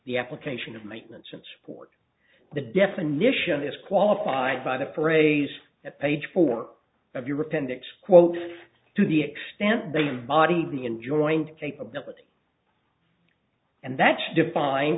the application of maintenance and support the definition is qualified by the phrase at page four of your appendix quote to the extent they embody the in joint capability and that's define